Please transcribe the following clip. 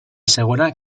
segona